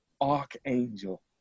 archangel